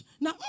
now